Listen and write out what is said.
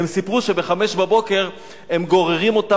הם סיפרו שב-05:00 הם גוררים אותם